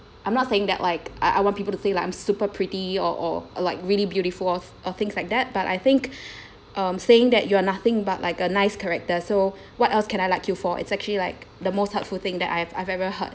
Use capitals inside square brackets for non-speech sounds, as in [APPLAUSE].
I'm not saying that like I I want people to say like I'm super pretty or or like really beautiful of or things like that but I think [BREATH] um saying that you're nothing but like a nice character so what else can I like you for it's actually like the most hurtful thing that I've I've ever heard